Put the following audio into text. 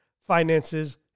finances